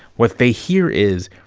what they hear is,